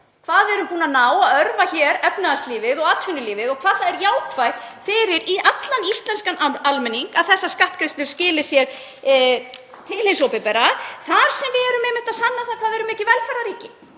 að við erum búin að ná að örva efnahagslífið og atvinnulífið og hvað það væri jákvætt fyrir allan íslenskan almenning að þessar skattgreiðslur skili sér til hins opinbera þar sem við erum einmitt að sanna það hvað við erum mikið velferðarríki.